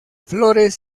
flores